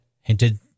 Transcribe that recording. hinted